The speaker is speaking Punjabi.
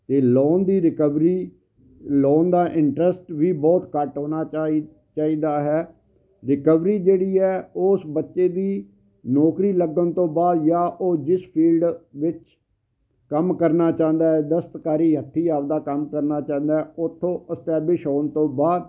ਅਤੇ ਲੋਨ ਦੀ ਰਿਕਵਰੀ ਲੋਨ ਦਾ ਇੰਟਰਸਟ ਵੀ ਬਹੁਤ ਘੱਟ ਹੋਣਾ ਚਾਹੀ ਚਾਹੀਦਾ ਹੈ ਰਿਕਵਰੀ ਜਿਹੜੀ ਹੈ ਉਸ ਬੱਚੇ ਦੀ ਨੌਕਰੀ ਲੱਗਣ ਤੋਂ ਬਾਅਦ ਜਾਂ ਉਹ ਜਿਸ ਫੀਲਡ ਵਿੱਚ ਕੰਮ ਕਰਨਾ ਚਾਹੁੰਦਾ ਦਸਤਕਾਰੀ ਹੱਥੀਂ ਆਪਦਾ ਕੰਮ ਕਰਨਾ ਚਾਹੁੰਦਾ ਉੱਥੋਂ ਅਸਟੈਬਿਸ਼ ਹੋਣ ਤੋਂ ਬਾਅਦ